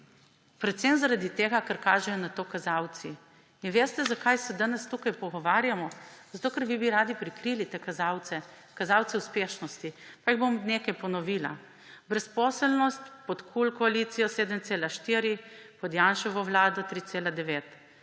predvsem zaradi tega, ker kažejo na to kazalci. In veste, zakaj se danes tu pogovarjamo? Zato ker bi vi radi prikrili te kazalce, kazalce uspešnosti. Pa jih bom nekaj ponovila: brezposelnost pod KUL koalicijo 7,4 %, pod Janševo vlado 3,9